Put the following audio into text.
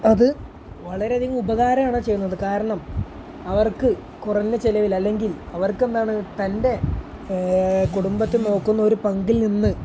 അത് വളരെയധികം ഉപകാരമാണ് ചെയ്യുന്നത് കാരണം അവർക്ക് കുറഞ്ഞ ചിലവിൽ അല്ലെങ്കിൽ അവർക്കെന്താണ് തൻ്റെ കുടുംബത്തെ നോക്കുന്ന ഒരു പങ്കിൽ നിന്ന്